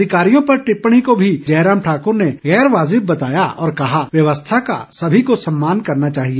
अधिकारियों पर टिप्पणी को भी जयराम ठाकर ने गैर वाजिब बताया और कहा कि व्यवस्था का सभी को सम्मान करना चाहिए